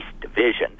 division